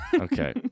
Okay